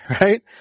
right